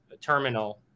Terminal